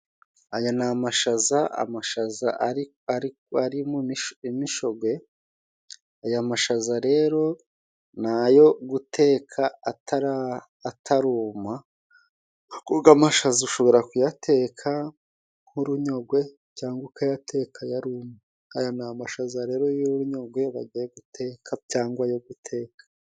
Aya ni amashaza. Amashaza ari imishogwe. Aya mashaza rero ni ayo guteka ataruma, kuko amashaza ushobora kuyateka nk'urunyogwe, cyangwa ukayateka yarumye. Aya ni amashaza rero y'urunyogwe bagiye guteka, cyangwa yo guteka.